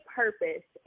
purpose